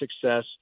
success